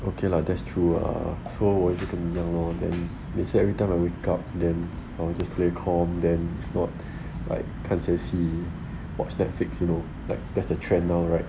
okay lah that's true ah so 我也是跟你一样咯 then 也是 everytime I wake up then I will just play com then if not like 看一些戏 watch netflix you know like that is the trend now right